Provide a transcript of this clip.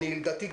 לדעתי,